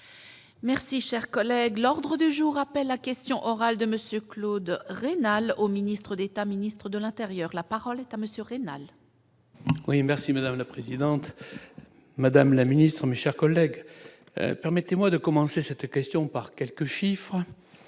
Merci, chers collègues, l'ordre du jour appelle à questions orales de Monsieur Claude rénal au ministre d'État, ministre de l'Intérieur, la parole est à monsieur rénale. Oui merci madame la présidente, Madame la Ministre, mes chers collègues permettez-moi de commencer cette question par quelques chiffres